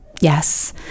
yes